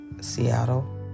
Seattle